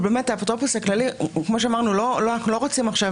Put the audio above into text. אבל אנחנו באפוטרופוס הכללי לא רוצים עכשיו